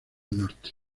norte